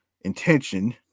intention